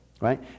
right